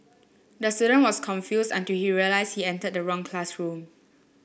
the student was confused until he realised he entered the wrong classroom